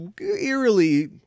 eerily